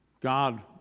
God